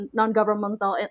non-governmental